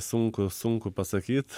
sunku sunku pasakyt